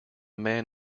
man